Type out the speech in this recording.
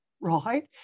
right